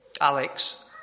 Alex